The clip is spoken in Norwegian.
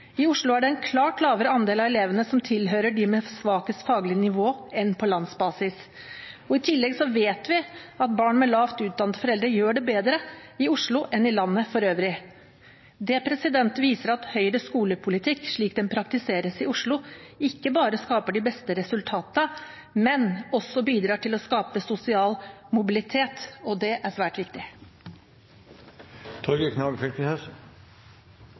I Oslo er det en klart lavere andel av elevene som tilhører dem med svakest faglig nivå, enn på landsbasis. I tillegg vet vi at barn med lavt utdannede foreldre gjør det bedre i Oslo enn i landet for øvrig. Det viser at Høyres skolepolitikk, slik den praktiseres i Oslo, ikke bare skaper de beste resultatene, men også bidrar til å skape sosial mobilitet, og det er svært